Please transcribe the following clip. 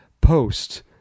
post